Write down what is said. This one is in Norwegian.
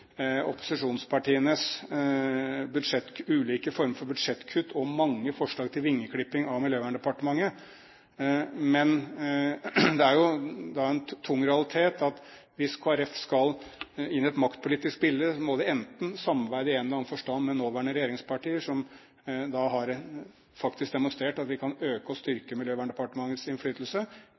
opposisjonspartienes ulike former for budsjettkutt og mange forslag til vingeklipping av Miljøverndepartementet, men det er en tung realitet at hvis Kristelig Folkeparti skal inn i et maktpolitisk bilde, må de enten samarbeide i en eller annen forstand med nåværende regjeringspartier, som faktisk har demonstrert at vi kan øke og styrke Miljøverndepartementets innflytelse,